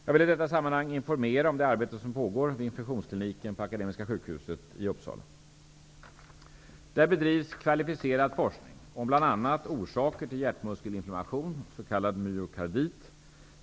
Jag vill i detta sammanhang informera om det arbete som pågår vid Infektionskliniken på Där bedrivs kvalificerad forskning om bl.a. orsaker till hjärtmuskelinflammation, s.k. myokardit.